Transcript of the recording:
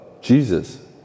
Jesus